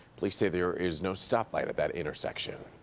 police say there is no stoplight at that intersection.